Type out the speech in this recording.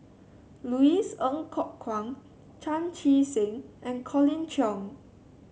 Louis Ng Kok Kwang Chan Chee Seng and Colin Cheong